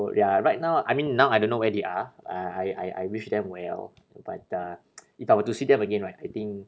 ya right now I mean now I don't know where they are uh I I I wish them well but uh if I were to see them again right I think